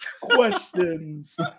questions